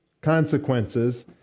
consequences